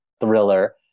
thriller